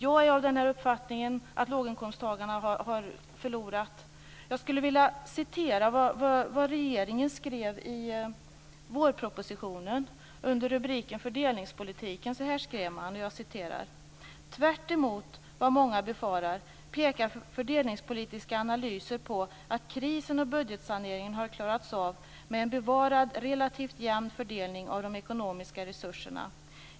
Jag är av uppfattningen att låginkomsttagarna har förlorat. Jag skulle vilja citera vad regeringen skrev i vårpropositionen under rubriken Fördelningspolitiken: "Tvärtemot vad många befarat, pekar fördelningspolitiska analyser på att krisen och budgetsaneringen har klarats av med en bevarad relativt jämn fördelning av de ekonomiska resurserna.